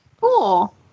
Cool